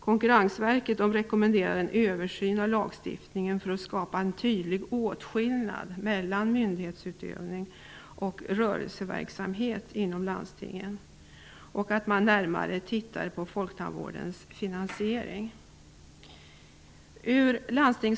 Konkurrensverket rekommenderar en översyn av lagstiftningen för att skapa tydlig åtskillnad mellan myndighetsutövning och rörelseverksamhet inom landstingen samt att man närmare skall titta på folktandvårdens finansiering.